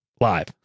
live